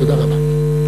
תודה רבה.